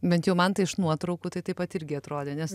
bent jau man tai iš nuotraukų tai taip pat irgi atrodė nes